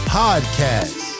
podcast